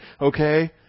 Okay